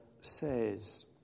says